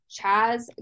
Chaz